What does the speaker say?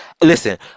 listen